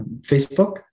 Facebook